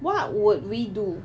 what would we do